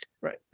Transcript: right